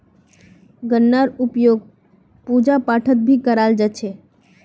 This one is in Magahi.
गन्नार उपयोग पूजा पाठत भी कराल जा छे